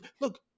look